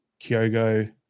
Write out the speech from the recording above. Kyogo